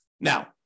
Now